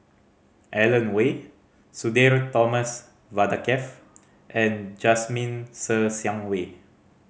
Alan Oei Sudhir Thomas Vadaketh and Jasmine Ser Xiang Wei